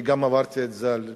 אני גם עברתי את זה על בשרי.